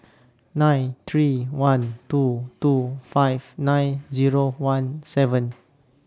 nine three one two two five nine Zero one seven